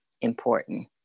important